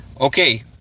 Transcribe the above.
Okay